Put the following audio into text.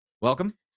welcome